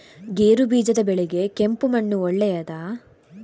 ಗೇರುಬೀಜದ ಬೆಳೆಗೆ ಕೆಂಪು ಮಣ್ಣು ಒಳ್ಳೆಯದಾ?